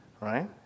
right